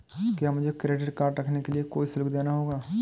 क्या मुझे credit card रखने के लिए कोई शुल्क देना होगा?